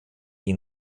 ihn